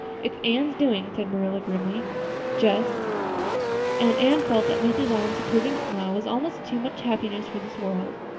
it's anne's doings, said marilla, grimly just and anne felt that mrs. allan's approving smile was almost too much happiness for this world.